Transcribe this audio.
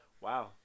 wow